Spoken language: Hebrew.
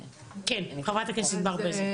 כן, חברת הכנסת ענבר בזק.